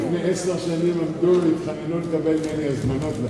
לפני עשר שנים עמדו והתחננו לקבל ממני הזמנות לכדורגל.